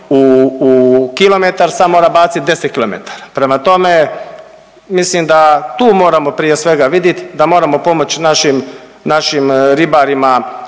u kilometar, sad mora baciti 10 kilometara. Prema tome, mislim da tu moramo prije svega vidit, da moramo pomoći našim ribarima